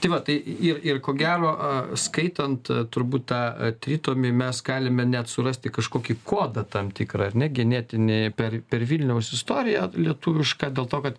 tai va tai ir ir ko gero a skaitant turbūt tą tritomį mes galime net surasti kažkokį kodą tam tikrą ar ne genetinį per per vilniaus istoriją lietuvišką dėl to kad